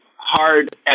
hard